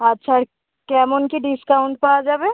আচ্ছা আর কেমন কী ডিসকাউন্ট পাওয়া যাবে